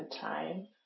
time